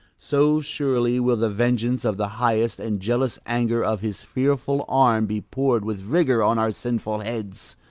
so surely will the vengeance of the highest, and jealous anger of his fearful arm, be pour'd with rigour on our sinful heads,